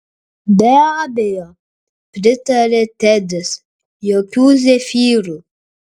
be abejo pritarė tedis jokių zefyrų